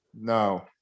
No